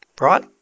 right